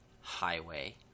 Highway